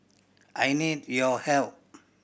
I need your help